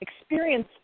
experience